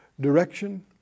direction